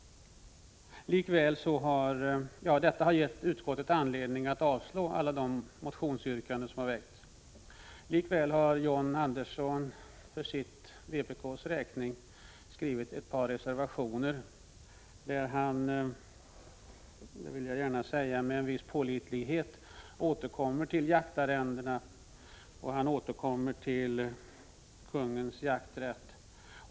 Detta har gett utskottet anledning att avstyrka alla de motioner som har väckts. Likväl har John Andersson för vpk:s räkning skrivit ett par reservationer, i vilka han med en viss pålitlighet återkommer till jaktarrendena och kungens jakträtt.